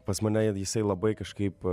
pas mane jisai labai kažkaip